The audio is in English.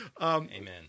Amen